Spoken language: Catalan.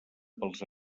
pels